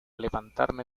levantarme